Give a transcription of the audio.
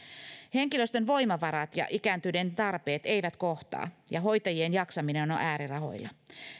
henkilöstön voimavarat ja ikääntyneiden tarpeet eivät kohtaa ja hoitajien jaksaminen on äärirajoilla